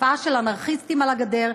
התופעה של אנרכיסטים על הגדר,